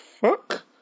fuck